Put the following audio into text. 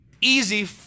easy